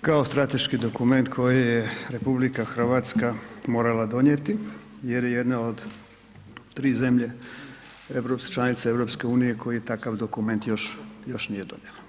kao strateški dokument koji je RH morala donijeti jer je jedna od 3 zemlje europske, članice EU koja takav dokument još, još nije donijela.